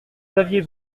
xavier